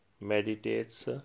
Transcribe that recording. meditates